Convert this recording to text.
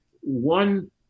one